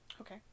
Okay